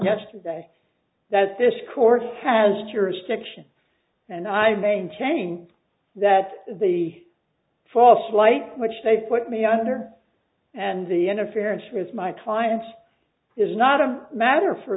yesterday that this court has jurisdiction and i maintain that the false light which they put me under and the interference from is my client is not a matter for